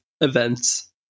events